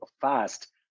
fast